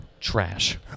Trash